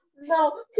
no